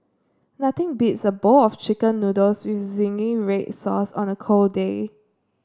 nothing beats a bowl of chicken noodles with zingy red sauce on a cold day